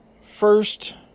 first